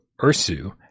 Ursu